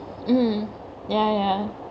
um yeah yeah